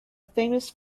famous